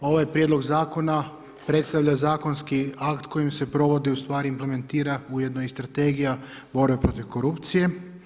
Ovaj prijedlog zakona predstavlja zakonski akt kojim se provodi ustvari i implementira ujedno i strategija borba protiv korupcije.